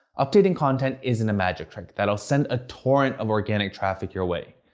updating content isn't a magic trick that'll send a torrent of organic traffic your way.